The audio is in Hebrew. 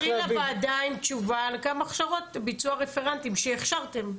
את תחזרי לוועדה עם תשובה על כמה הכשרות ביצעו הרפרנטים שהכשרתם.